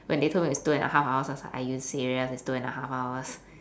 when they told me it's two and a half hours I was like are you serious it's two and a half hours